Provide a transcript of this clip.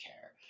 care